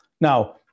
Now